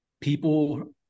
people